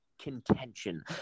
contention